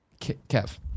Kev